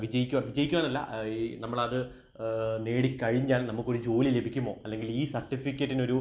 വിജയിക്കുമോ വിജയിക്കുവാനല്ല ഈ നമ്മളത് നേടിക്കഴിഞ്ഞാൽ നമുക്കൊരു ജോലി ലഭിക്കുമോ അല്ലെങ്കിൽ ഈ സർട്ടിഫിക്കറ്റിനൊരു